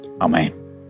Amen